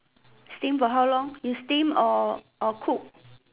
steam for how long you steam or or cook